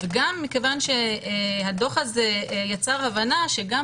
וגם מכיוון שהדוח הזה יצר הבנה שגם